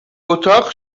اتاق